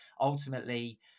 ultimately